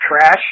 trash